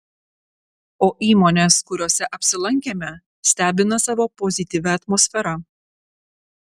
o įmonės kuriose apsilankėme stebina savo pozityvia atmosfera